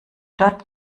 dort